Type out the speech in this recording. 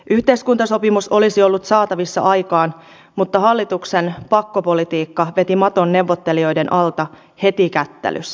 yhteiskuntasopimus olisi ollut saatavissa aikaan mutta hallituksen pakkopolitiikka veti maton neuvottelijoiden alta heti kättelyssä